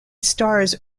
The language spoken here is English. stars